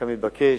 כמתבקש.